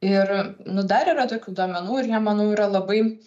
ir nu dar yra tokių duomenų ir jie manau yra labai